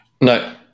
No